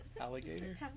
Alligator